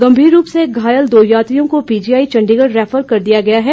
गंभीर रूप से घायल दो यात्रियों को पीजीआई चंडीगढ़ रैफर किया गया है